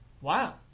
Wow